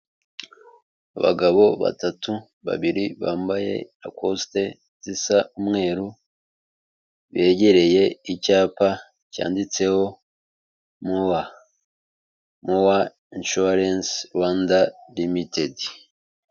Abagabo batatu babiri bambayesite zisa umweru begereye icyapa cyanditseho muwa , muwa inshuwarense Rwanda limitedi.